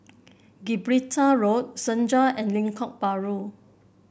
Gibraltar Road Senja and Lengkok Bahru